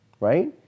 right